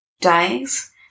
days